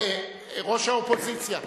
ראש האופוזיציה.